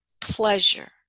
pleasure